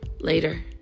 Later